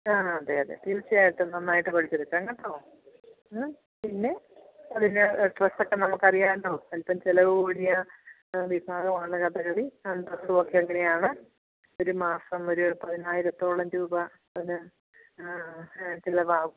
ആ അതെ അതെ തീർച്ചയായിട്ടും നന്നായിട്ട് പഠിച്ചെടുക്കാം കേട്ടോ മ് പിന്നെ അതിന് ഡ്രസൊക്കെ നമുക്കറിയാല്ലോ അല്പം ചില കൂടിയ വിഭാഗമാണ് കഥകളി ഡ്രസ്സും ഒക്കെ അങ്ങനെയാണ് ഒരു മാസം ഒരു പതിനായിരത്തോളം രൂപ അതിന് ചിലവാകും